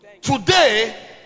Today